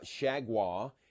Shagwa